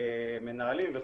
מנהלים וכו'.